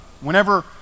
whenever